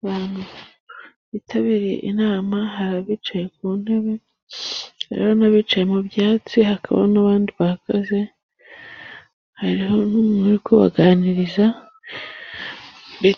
Abantu bitabiriye inama， hari abicaye ku ntebe， hari n’abandi bicaye mu byatsi， hakaba n'abandi bahagaze，bari kubaganiriza